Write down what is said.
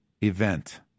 event